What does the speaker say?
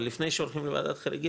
אבל לפני שהולכים לוועדת חריגים,